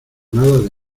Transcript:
nada